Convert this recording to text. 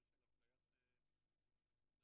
לכולם.